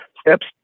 steps